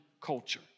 culture